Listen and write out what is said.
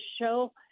show